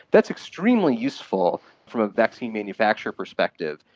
that's extremely useful from a vaccine manufacture perspective.